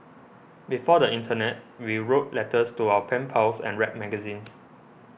before the internet we wrote letters to our pen pals and read magazines